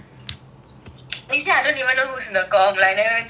you see I don't even know who is in the committee like I never even see their faces